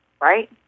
Right